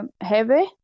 heavy